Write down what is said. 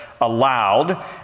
allowed